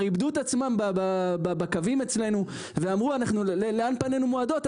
איבדו את עצמם בקווים אצלנו ואמרו לאן פנינו מועדות,